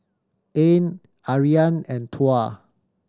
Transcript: Ain Aryan and Tuah